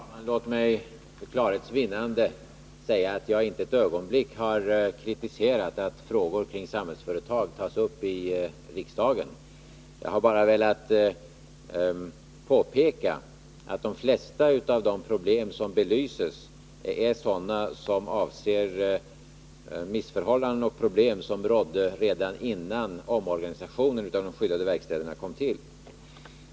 Fru talman! Låt mig för klarhets vinnande säga att jag inte för ett ögonblick kritiserat att frågor kring Samhällsföretag tas upp i riksdagen. Jag har bara velat påpeka att de flesta av de problem som belyses är sådana som avser missförhållanden och problem som rådde redan innan omorganisationen av de skyddade verkstäderna kom till.